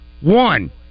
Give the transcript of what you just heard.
One